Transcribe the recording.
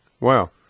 Wow